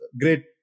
great